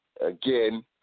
Again